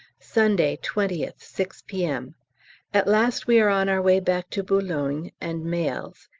sunday, twentieth, six p m at last we are on our way back to boulogne and mails,